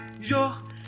yo